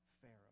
Pharaoh